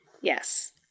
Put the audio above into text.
Yes